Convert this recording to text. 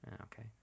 Okay